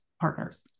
partners